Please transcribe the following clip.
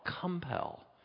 compel